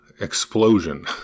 explosion